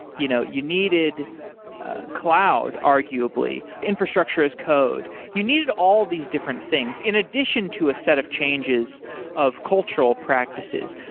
you know you needed cloud arguably, infrastructure as code. you needed all of these different things in addition to a set of changes of cultural practices.